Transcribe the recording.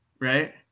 right